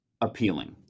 appealing